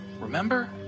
Remember